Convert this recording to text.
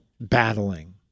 battling